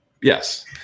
Yes